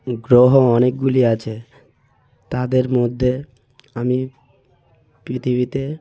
গ্রহ অনেকগুলি আছে তাদের মধ্যে আমি পৃথিবীতে